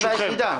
האחת והיחידה.